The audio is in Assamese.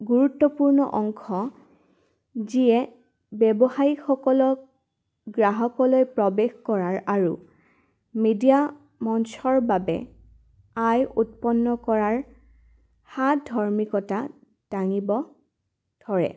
গুৰুত্বপূৰ্ণ অংশ যিয়ে ব্যৱসায়ীসকলক গ্ৰাহকলৈ প্ৰৱেশ কৰাৰ আৰু মিডিয়া মঞ্চৰ বাবে আই উৎপন্ন কৰাৰ সাধৰ্মিকতা দাঙিব ধৰে